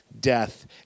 death